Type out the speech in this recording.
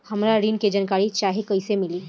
हमरा ऋण के जानकारी चाही कइसे मिली?